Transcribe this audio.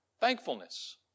Thankfulness